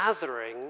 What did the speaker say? gathering